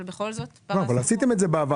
אבל עשיתם את זה בעבר.